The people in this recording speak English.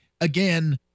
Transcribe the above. Again